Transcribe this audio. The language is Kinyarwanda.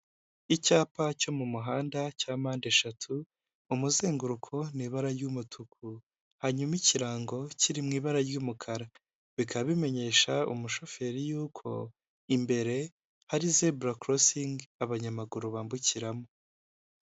Icyapa cyo mu muhanda cya mpande eshatu, umuzenguruko ni ibara ry'umutuku, hanyuma ikirango kiri mu ibara ry'umukara, bikaba bimenyesha umushoferi yuko imbere hari zebura korosingi abanyamaguru bambukiramo.